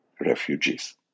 refugees